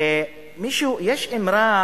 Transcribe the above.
יש אמרה